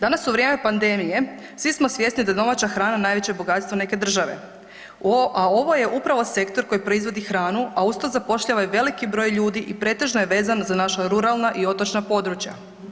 Danas u vrijeme pandemije svi smo svjesni da je domaća hrana najveće bogatstvo neke države, a ovo je upravo sektor koji proizvodi hranu, a uz to zapošljava i veliki broj ljudi i pretežno je vezan za naša ruralna i otočna područja.